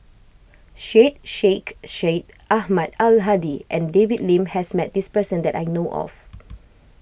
Syed Sheikh Syed Ahmad Al Hadi and David Lim has met this person that I know of